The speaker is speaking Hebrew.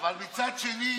מצד שני,